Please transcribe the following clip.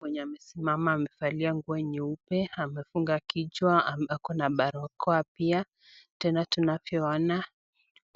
Mwenye amesimama amevali nguo nyeupe, amefunga kichwa ako na barakoa pia, tena tunavyoona